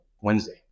Wednesday